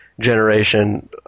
generation